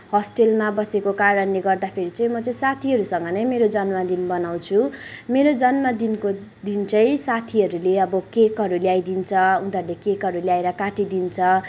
होस्टेलमा बसेको कारणले गर्दाखेरि चाहिँ म चाहिँ साथीहरूसँग नै मेरो जन्मदिन मनाउँछु मेरो जन्मदिनको दिन चाहिँ साथीहरूले अब केकहरू ल्याइदिन्छ उनीहरूले केकहरू ल्याएर काटिदिन्छ